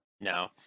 No